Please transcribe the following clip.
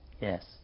Yes